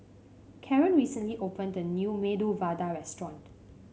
Caren recently opened the new Medu Vada Restaurant